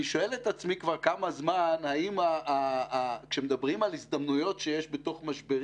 אני שואל את עצמי האם כשמדברים על הזדמנויות שיש במשברים,